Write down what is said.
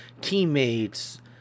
teammates